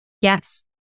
Yes